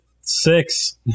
six